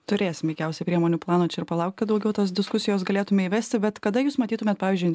turėsim veikiausiai priemonių plano čia ir palaukt kad daugiau tos diskusijos galėtume įvesti bet kada jūs matytumėt pavyzdžiui